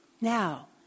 Now